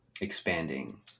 expanding